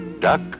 Duck